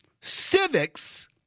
civics